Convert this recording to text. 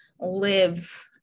live